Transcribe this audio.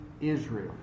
Israel